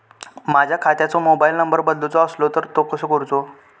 माझ्या खात्याचो mobile number बदलुचो असलो तर तो कसो करूचो?